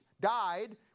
died